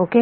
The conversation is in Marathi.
ओके